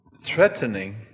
threatening